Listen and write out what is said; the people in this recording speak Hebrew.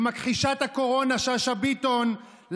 למכחישת הקורונה שאשא ביטון,